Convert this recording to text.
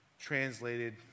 translated